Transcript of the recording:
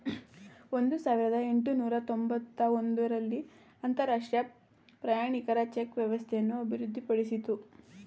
ಒಂದು ಸಾವಿರದ ಎಂಟುನೂರು ತೊಂಬತ್ತ ಒಂದು ರಲ್ಲಿ ಅಂತರಾಷ್ಟ್ರೀಯ ಪ್ರಯಾಣಿಕರ ಚೆಕ್ ವ್ಯವಸ್ಥೆಯನ್ನು ಅಭಿವೃದ್ಧಿಪಡಿಸಿತು